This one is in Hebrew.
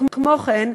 כמו כן,